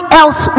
else